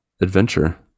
adventure